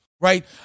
right